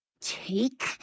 Take